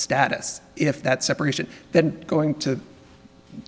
status if that separation then going to